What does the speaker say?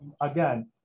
again